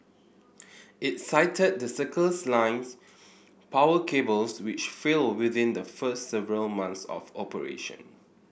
it cited the Circles Line's power cables which failed within the first several months of operation